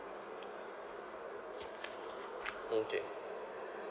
okay